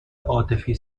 عاطفی